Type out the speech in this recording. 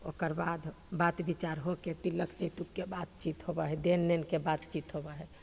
ओकर बाद बात विचार होके तिलक चीजके बातचीत होबै हइ देनलेनके बातचीत होबै हइ